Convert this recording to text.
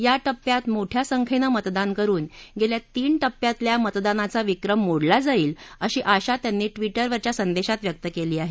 या टप्प्यात मोठ्या संख्येने मतदान करून गेल्या तीन टप्प्यातल्या मतदानाचा विक्रम मोडला जाईल अशी आशा त्यांनी ट्विटरवरील संदेशात व्यक्त केली आहे